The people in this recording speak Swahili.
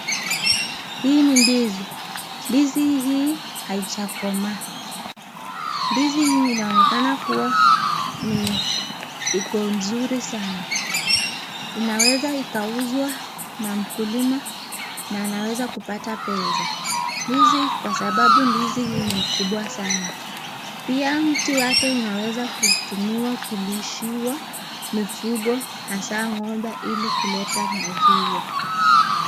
Hii ni ndizi. Ndizi hii haijakomaa. Ndizi hii inaonekana kua ni iko nzuri sana. Inaweza ikauzwa na mkulima na anaweza kupata pesa, kwa sababu ndizi hii ni mkubwa sanaa . Pia mti wake uneza kutumiwa kulishia mifugo hasa ngombe ili kuleta maziwa.